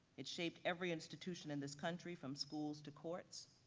it shaped every institution in this country, from schools to courts,